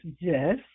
yes